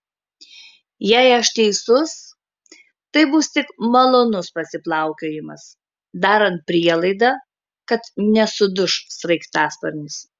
jei aš teisus tai bus tik malonus pasiplaukiojimas darant prielaidą kad nesuduš sraigtasparnis